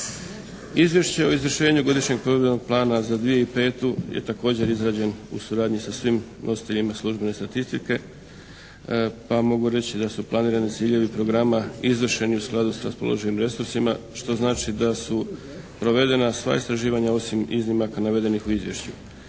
Izvješće o izvršenju Godišnjeg provedbenog plana za 2005. je također izrađen u suradnji sa svim nositeljima službene statistike pa mogu reći da su planirani ciljevi programa izvršeni u skladu s raspoloživim resursima što znači da su provedena sva istraživanja osim iznimaka navedenih u izvješćima.